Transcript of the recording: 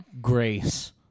grace